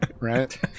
right